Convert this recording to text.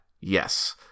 yes